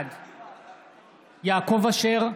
בעד יעקב אשר,